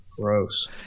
gross